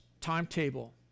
timetable